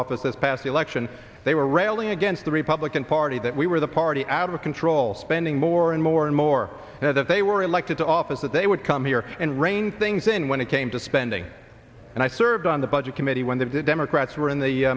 office this past election they were railing against the republican party that we were the party out of control spending more and more and more now that they were elected to office that they would come here and rein things in when it came to spending and i served on the budget committee when the democrats were in the